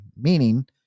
meaning